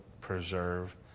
preserve